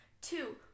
Two